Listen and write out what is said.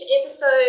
episode